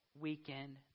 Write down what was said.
weekend